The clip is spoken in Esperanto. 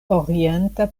orienta